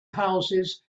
houses